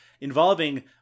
involving